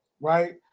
right